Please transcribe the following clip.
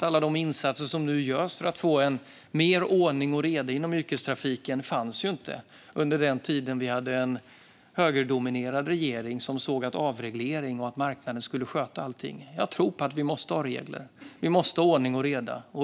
Alla de insatser som nu görs för att få mer ordning och reda i yrkestrafiken fanns över huvud taget inte under den tid då vi hade en högerdominerad regering som ville ha avreglering och att marknaden skulle sköta allting. Jag tror på att vi måste ha regler. Vi måste ha ordning och reda.